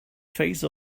phase